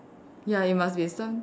ya it must be a some